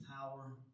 power